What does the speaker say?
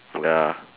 ya